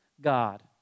God